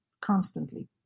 constantly